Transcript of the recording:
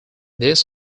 this